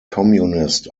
communist